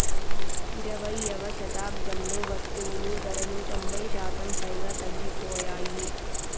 ఇరవైయవ శతాబ్దంలో వస్తువులు ధరలు తొంభై శాతం పైగా తగ్గిపోయాయి